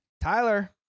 Tyler